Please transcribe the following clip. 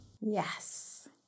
Yes